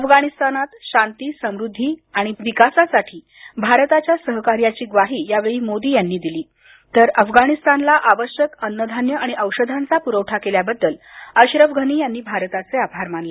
अफगाणिस्तानात शांती समृद्धी आणि विकासासाठी भारताच्या सहकार्याची ग्वाही यावेळी मोदी यांनी दिली तर अफगाणिस्तानला आवश्यक अन्न धान्य आणि औषधांचा पुरवठा केल्याबद्दल अशरफ घनी यांनी भारताचे आभार मानले